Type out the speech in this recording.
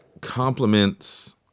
complements